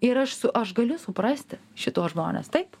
ir aš su aš galiu suprasti šituos žmones taip